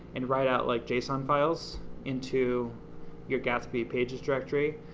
and write out like json files into your gatsby pages directory.